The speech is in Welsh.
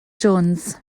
jones